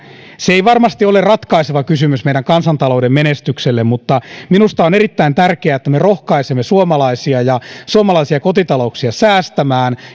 se ei varmasti ole ratkaiseva kysymys meidän kansantalouden menestykselle mutta minusta on erittäin tärkeää että me rohkaisemme suomalaisia ja suomalaisia kotitalouksia säästämään